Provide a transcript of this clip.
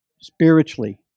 spiritually